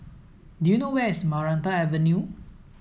do you know where is Maranta Avenue